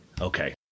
Okay